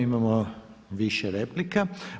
Imamo više replika.